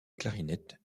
clarinette